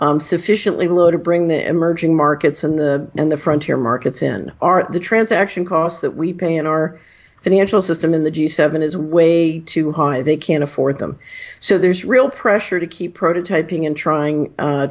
down sufficiently low to bring the emerging markets and the and the frontier markets in are the transaction costs that we pay in our financial system in the g seven is way too high they can't afford them so there's real pressure to keep prototyping and trying